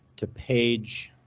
to page.